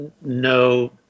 no